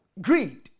Greed